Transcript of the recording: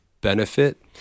benefit